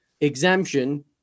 exemption